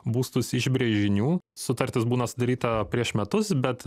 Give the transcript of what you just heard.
būstus iš brėžinių sutartis būna sudaryta prieš metus bet